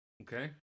Okay